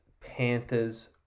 Panthers